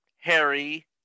Harry